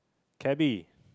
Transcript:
cabby